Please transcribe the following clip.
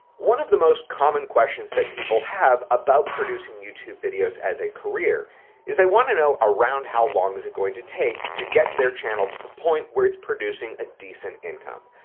one of the most common questions that people have about producing youtube videos as a career is they want to know around how long is it going to take to get their channel to the point where it's producing a decent income.